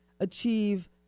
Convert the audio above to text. achieve